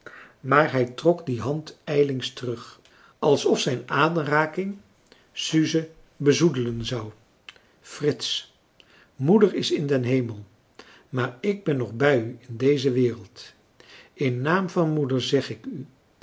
maar hij trok die hand ijlings terug alsof zijn aanraking suze bezoedelen zou frits moeder is in den hemel maar ik ben nog bij u in deze wereld in naam van moeder zeg ik u